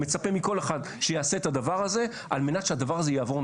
ומצפה מכל אחד שיעשה את הדבר הזה על מנת שהדבר הזה יעבור,